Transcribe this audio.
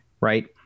right